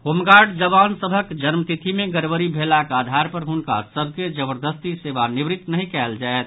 home guard जवान सभक जन्मतिथि मे गड़बड़ी भेलाक आधार पर हुनका सभ के जबर्दस्ती सेवानिवृत्त नहि कयल जायत